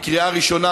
בקריאה ראשונה,